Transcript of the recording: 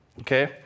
Okay